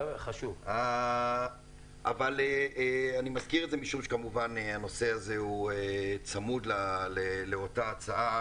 אבל אני מזכיר את זה משום שכמובן הנושא הזה הוא צמוד לאותה הצעה.